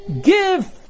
Give